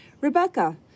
Rebecca